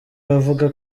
bavuga